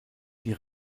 die